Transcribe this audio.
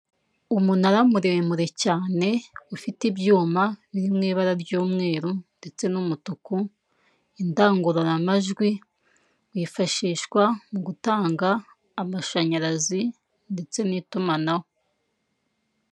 Umunara muremure cyane ufite ibyuma biri mu ibara ry'umweru ndetse n'umutuku indangururamajwi wifashishwa utanga amashanyarazi ndetse n'itumanaho.